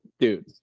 Dude